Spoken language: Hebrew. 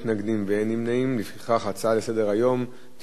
לפיכך ההצעה לסדר-היום תידון בוועדת הכלכלה.